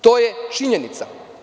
To je činjenica.